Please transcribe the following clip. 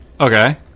okay